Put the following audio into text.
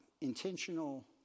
intentional